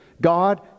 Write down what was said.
God